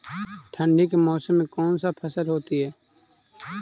ठंडी के मौसम में कौन सा फसल होती है?